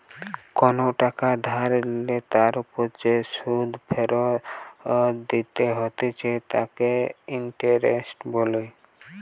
কোনো টাকা ধার নিলে তার ওপর যে সুধ ফেরত দিতে হতিছে তাকে ইন্টারেস্ট বলে